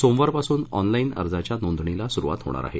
सोमवारपासून ऑनलाईन अर्जांच्या नोंदणीला सुरुवात होणार आहे